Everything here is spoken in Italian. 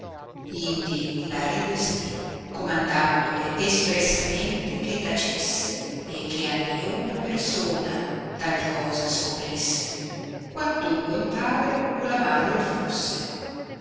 indi la rivestì comandandole espressamente che tacesse e che a niuna persona tal cosa scoprisse quantunque il padre o la madre fusse